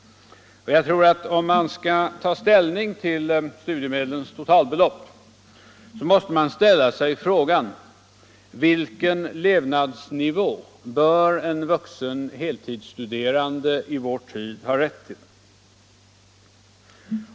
Om man skall ta 101 ställning till studiemedlens totalbelopp tror jag att man måste ställa sig frågan: Vilken levnadsnivå bör en vuxen heltidsstuderande i vår tid ha rätt till?